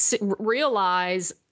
Realize